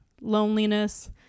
Loneliness